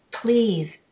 please